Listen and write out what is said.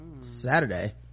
saturday